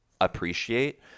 appreciate